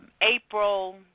April